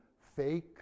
fake